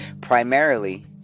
Primarily